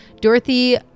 Dorothy